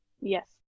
Yes